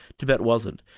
tibet wasn't.